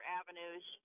avenues